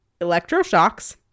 electroshocks